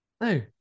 no